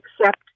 accept